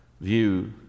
view